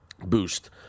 boost